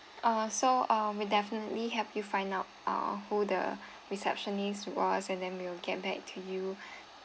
uh so uh we definitely help you find out uh who the receptionist was and then we will get back to you